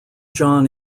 john